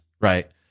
right